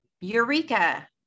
Eureka